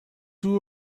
two